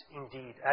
indeed